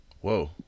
Whoa